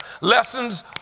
Lessons